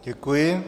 Děkuji.